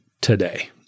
today